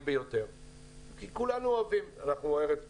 ביותר כי כולנו אוהבים אנחנו ארץ פתוחה,